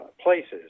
places